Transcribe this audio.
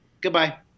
Goodbye